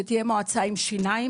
שתהיה מועצה עם שיניים.